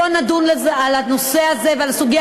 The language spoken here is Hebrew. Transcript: בואו נדון על הנושא הזה ועל הסוגיה